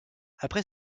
après